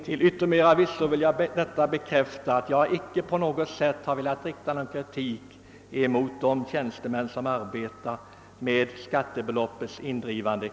Herr talman! Jag vill understryka att jag inte på något sätt har velat rikta kritik mot de tjänstemän som arbetar med skattebeloppens indrivande.